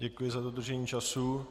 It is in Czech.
Děkuji za dodržení času.